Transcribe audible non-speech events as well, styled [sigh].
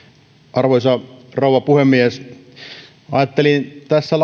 arvoisa rouva puhemies ajattelin tuossa [unintelligible]